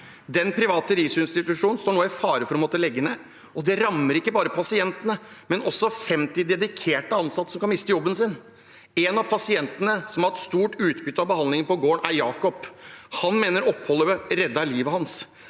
Den private rusinstitusjonen står nå i fare for å måtte legge ned. Det rammer ikke bare pasientene, men også 50 dedikerte ansatte som kan miste jobben sin. En av pasientene som har hatt stort utbytte av behandlingen på gården, er Jakob. Han mener oppholdet reddet livet hans.